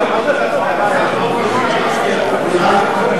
פטור בעת קניית דירה ראשונה לזוגות צעירים),